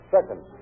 Second